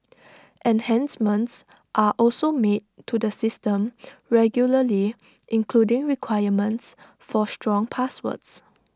enhancements are also made to the system regularly including requirements for strong passwords